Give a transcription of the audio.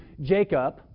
Jacob